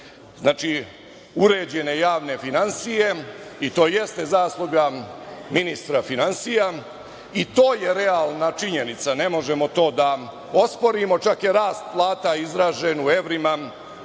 penzije, uređene javne finansije i to jeste zasluga ministra finansija i to je realna činjenica, ne možemo to da osporimo, čak je rast plata izražen u evrima